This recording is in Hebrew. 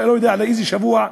לא יודע לאיזה שבוע,